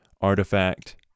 artifact